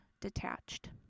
detached